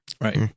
Right